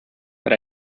but